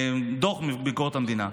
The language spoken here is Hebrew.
דוח ביקורת המדינה.